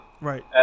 Right